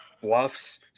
bluffs